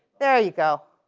there you go.